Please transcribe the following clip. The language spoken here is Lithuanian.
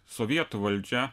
sovietų valdžia